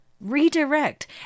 Redirect